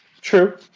True